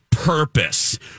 purpose